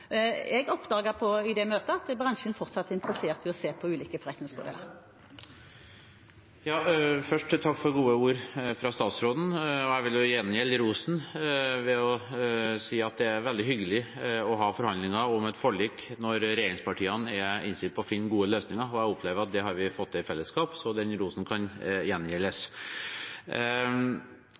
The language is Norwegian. Jeg oppdaget i det møtet at bransjen fortsatt er interessert i å se på ulike forretningsmodeller. Først takk for gode ord fra statsråden, og jeg vil gjengjelde rosen ved å si at det er veldig hyggelig å ha forhandlinger om et forlik når regjeringspartiene er innstilt på å finne gode løsninger, og jeg opplever at det har vi fått til i fellesskap, så den rosen kan